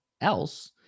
else